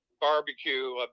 barbecue